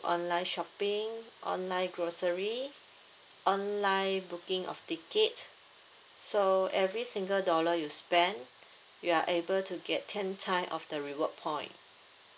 online shopping online grocery online booking of tickets so every single dollar you spend you are able to get ten times of the reward point